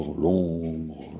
l'ombre